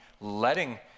letting